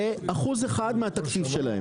זה אחוז אחד מהתקציב שלהם,